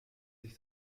sich